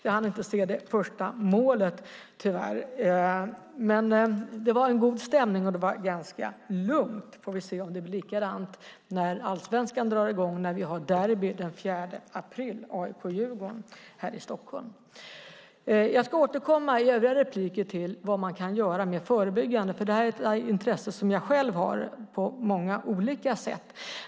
Jag hann tyvärr inte se det första målet, men det var en god stämning och det var ganska lugnt. Vi får se om det blir likadant när allsvenskan drar i gång och vi har derby den 4 april mellan AIK och Djurgården här i Stockholm. Jag ska återkomma i övriga inlägg till vad man kan göra mer förebyggande, för det här är ett intresse som jag själv har på många olika sätt.